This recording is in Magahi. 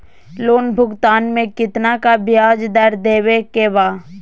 लोन भुगतान में कितना का ब्याज दर देवें के बा?